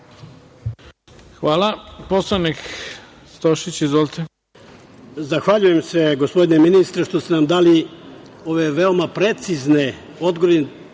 Hvala. Poslanik Stošić. Izvolite.